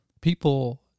people